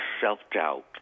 self-doubt